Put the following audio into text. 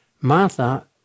Martha